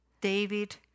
David